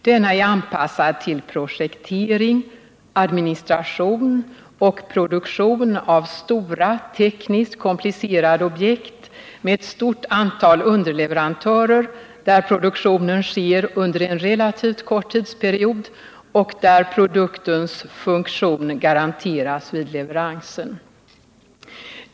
Denna är anpassad till projektering, administration och produktion av stora, tekniskt komplicerade objekt med ett stort antal underleverantörer, där produktionen sker under en relativt kort tidsperiod och där produktens funktion garanteras vid leveransen.